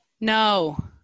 No